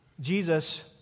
Jesus